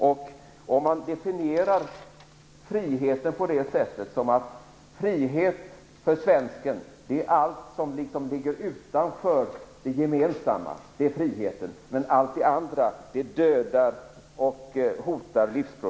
Moderaterna definierar frihet så att frihet för svensken är allt som ligger utanför det gemensamma, men allt det andra dödar och hotar livsprojekt.